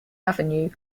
avenue